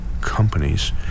companies